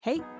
Hey